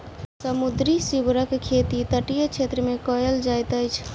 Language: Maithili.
समुद्री सीवरक खेती तटीय क्षेत्र मे कयल जाइत अछि